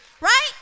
Right